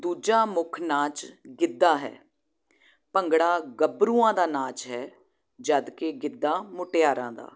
ਦੂਜਾ ਮੁੱਖ ਨਾਚ ਗਿੱਧਾ ਹੈ ਭੰਗੜਾ ਗੱਭਰੂਆਂ ਦਾ ਨਾਚ ਹੈ ਜਦੋਂ ਕਿ ਗਿੱਧਾ ਮੁਟਿਆਰਾਂ ਦਾ